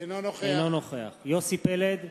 אינו נוכח יוסי פלד,